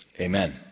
Amen